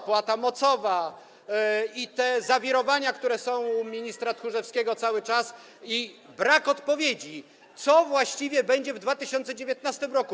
Opłata mocowa i te zawirowania, które są u ministra Tchórzewskiego cały czas, i brak odpowiedzi, co właściwie będzie w 2019 r.